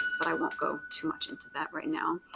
but i won't go too much into that right now.